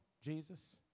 Jesus